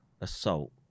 assault